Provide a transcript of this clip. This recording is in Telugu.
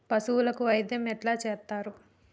పశువులకు వైద్యం ఎట్లా చేత్తరు?